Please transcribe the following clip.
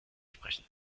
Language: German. sprechen